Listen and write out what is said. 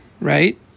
right